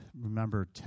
remember